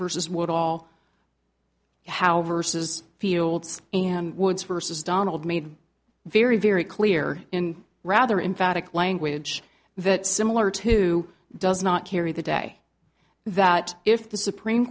versus what all how versus fields and woods versus donald made very very clear in rather in phatic language that similar to does not carry the day that if the supreme